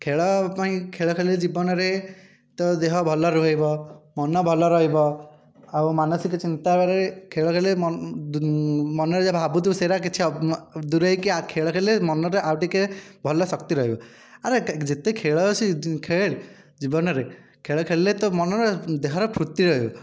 ଖେଳ ପାଇଁ ଖେଳ ଖେଳିଲେ ଜୀବନରେ ତ ଦେହ ଭଲ ରହିବ ମନ ଭଲ ରହିବ ଆଉ ମାନସିକ ଚିନ୍ତାରେ ଖେଳ ଖେଳିଲେ ମନରେ ଯାହା ଭାବୁଥିବ ସେଇଟା କିଛି ଦୂରେଇକି ଆ ଖେଳ ଖେଳିଲେ ମନଟା ଆଉ ଟିକେ ଭଲ ଶକ୍ତି ରହିବ ଆରେ ଯେତେ ଖେଳ ଅଛି ଖେଳ୍ ଜୀବନରେ ଖେଳ ଖେଳିଲେ ତୋ' ମନର ଦେହର ଫୁର୍ତ୍ତି ରହିବ